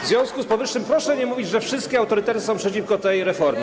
W związku z powyższym proszę nie mówić, że wszystkie autorytety są przeciwko tej reformie.